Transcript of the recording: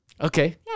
Okay